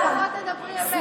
רק תדברי אמת.